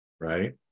right